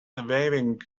weaving